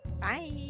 Bye